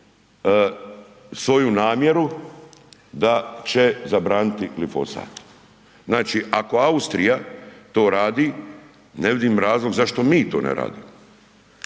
svoju namjeru da će zabraniti glifosat. Znači, ako Austrija to radi ne vidim razlog zašto mi to ne radimo.